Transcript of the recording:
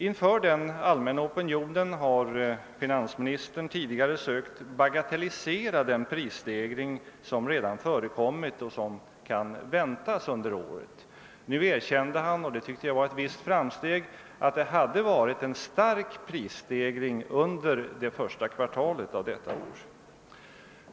Inför den allmänna opinionen har finansministern tidigare försökt bagatellisera den prisstegring som redan har förekommit och som kan väntas under året. Nu erkände han — och det tycker jag var ett visst framsteg -— att det hade varit en stark prisstegring under det första kvartalet detta år.